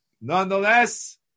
Nonetheless